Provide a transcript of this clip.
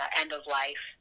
end-of-life